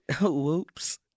Whoops